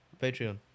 Patreon